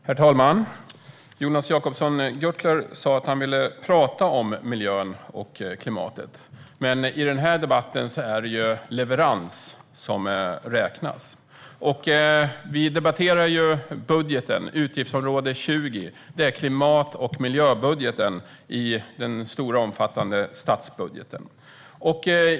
Herr talman! Jonas Jacobsson Gjörtler sa att han ville tala om miljön och klimatet, men i denna debatt är det leverans som räknas. Vi debatterar ju budgeten, utgiftsområde 20. Det är klimat och miljöbudgeten i den stora, omfattande statsbudgeten.